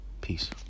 Peace